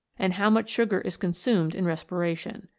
and how much sugar is consumed in respira tion.